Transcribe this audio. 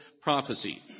prophecy